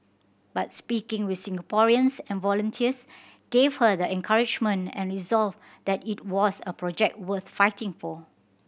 but speaking with Singaporeans and volunteers gave her the encouragement and resolve that it was a project worth fighting for